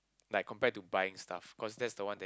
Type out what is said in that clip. like compared to buying stuff cause that's the one that